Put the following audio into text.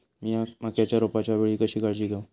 मीया मक्याच्या रोपाच्या वेळी कशी काळजी घेव?